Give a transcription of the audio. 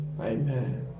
amen